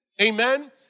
Amen